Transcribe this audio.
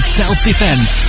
self-defense